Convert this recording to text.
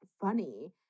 funny